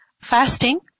fasting